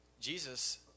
Jesus